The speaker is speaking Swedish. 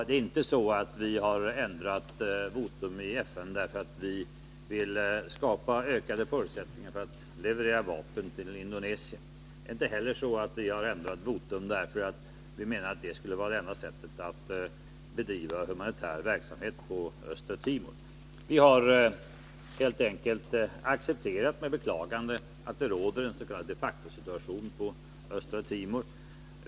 Det är inte så att vi har ändrat votum i FN därför att vi vill skapa ökade förutsättningar för att leverera vapen till Indonesien. Det är inte heller så att vi har ändrat votum därför att vi menar att det skulle vara det enda sättet att bedriva humanitär verksamhet på Östra Timor, utan vi har helt enkelt med beklagande accepterat att det råder ens.k. de facto-situation på Östra Timor.